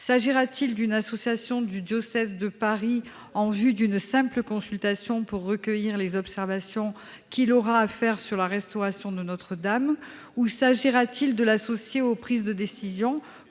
S'agira-t-il d'une association du diocèse de Paris en vue d'une simple consultation pour recueillir les observations qu'il aura à faire sur la restauration de Notre-Dame ? Ou s'agira-t-il de l'associer aux prises de décision